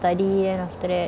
study then after that